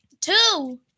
Two